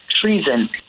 treason